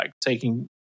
taking